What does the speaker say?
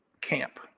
camp